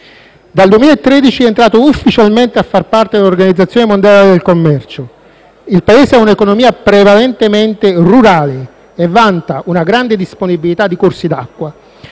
Dal 2013 è entrato ufficialmente a far parte dell'Organizzazione mondiale del commercio. Il Paese ha un'economia prevalentemente rurale e vanta una grande disponibilità di corsi d'acqua,